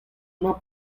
mar